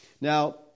Now